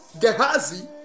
Gehazi